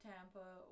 Tampa